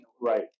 Right